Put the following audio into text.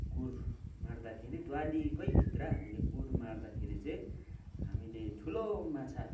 कुर मार्दाखेरि दुवालीकैभित्र हामीले कुर मार्दाखेरि चाहिँ हामीले ठुलो माछा